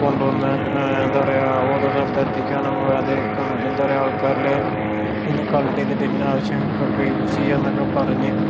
കൊണ്ടുവന്ന് എന്താ പറയുക ഓരോ സ്ഥലത്ത് എത്തിക്കാനും അതൊക്കെ എന്താ പറയുക ആൾക്കാരിലേക്ക് കളക്റ്റ് ചെയ്തിട്ട് ഇന്ന ആവശ്യങ്ങൾക്കൊക്കെ യൂസ് ചെയ്യാമെന്നൊക്കെ പറഞ്ഞ്